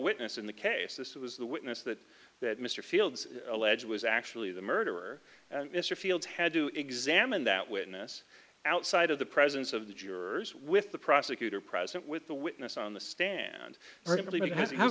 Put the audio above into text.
witness in the case this was the witness that that mr fields alleged was actually the murderer and mr fields had to examine that witness outside of the presence of the jurors with the prosecutor present with the witness on the stand